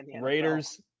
Raiders